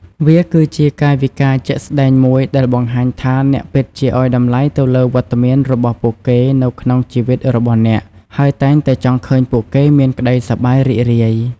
វាគឺជាកាយវិការជាក់ស្ដែងមួយដែលបង្ហាញថាអ្នកពិតជាឲ្យតម្លៃទៅលើវត្តមានរបស់ពួកគេនៅក្នុងជីវិតរបស់អ្នក ហើយតែងតែចង់ឃើញពួកគេមានក្ដីសប្បាយរីករាយ។